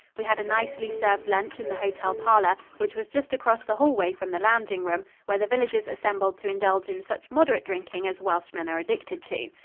we had a nicely served lunch in the hotel parlor, which was just across the hallway from the lounging room, where the villagers assembled to indulge in such moderate drinking as welshmen are addicted to.